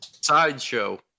Sideshow